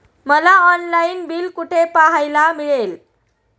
मला online bill कुठे पाहायला मिळेल?